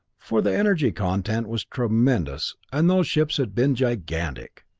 for the energy content was tremendous. and those ships had been gigantic.